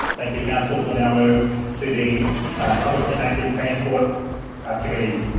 thank you, councillors. we'll now move to the public and active transport committee,